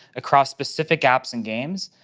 across specific apps and games,